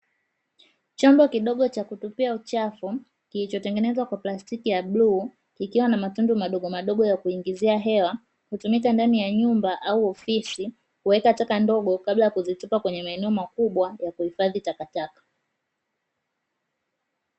Chombo kidogo cha kutupia uchafu kilichotengenezwa kwa plastiki ya bluu, kikiwa na matundu madogomadogo ya kuingizia hewa, hutumika ndani ya nyumba au ofisi kuweka taka ndogo kabla ya kuzitupa kwenye maeneo makubwa ya kuhifadhi takataka.